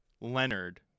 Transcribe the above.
Leonard